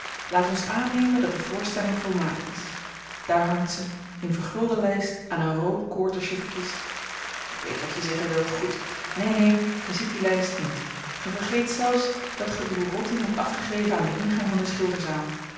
laat ons aannemen dat de voorstelling volmaakt is daar hangt ze in vergulden lyst aan een rood koord als je verkiest ik weet wat je zeggen wilt goed neen neen ge ziet die lyst niet ge vergeet zelfs dat ge uw rotting hebt afgegeven aan den ingang van de